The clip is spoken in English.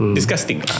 Disgusting